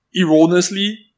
erroneously